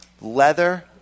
leather